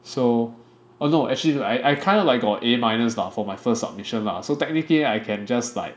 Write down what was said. so oh no actually I I kind of like got A minus lah for my first submission lah so technically I can just like